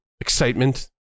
excitement